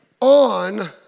on